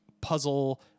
puzzle